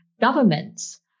governments